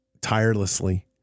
tirelessly